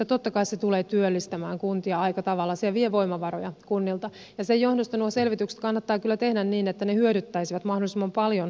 totta kai se tulee työllistämään kuntia aika tavalla se vie voimavaroja kunnilta ja sen johdosta nuo selvitykset kannattaa kyllä tehdä niin että ne hyödyttäisivät mahdollisimman paljon kunnan toimintaa